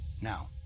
Now